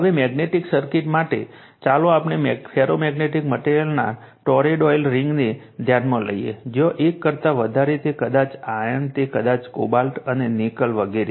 હવે magnetic circuit માટે ચાલો આપણે ફેરોમેગ્નેટિક મટેરીઅલના ટોરોઇડલ રિંગને ધ્યાનમાં લઈએ જ્યાં 1 કરતા વધારે તે કદાચ આયર્ન તે કદાચ કોબાલ્ટ અને નિકલ વગેરે